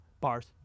bars